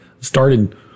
Started